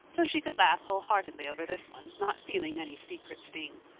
so she could laugh wholeheartedly over this one, not feeling any secret sting.